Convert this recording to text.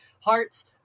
Hearts